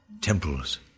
Temples